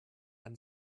and